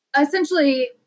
Essentially